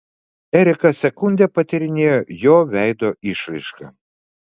erika sekundę patyrinėjo jo veido išraišką